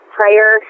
prayer